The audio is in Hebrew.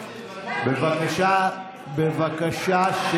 אשר, בבקשה.